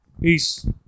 Peace